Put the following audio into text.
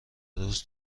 روز